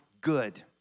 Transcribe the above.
good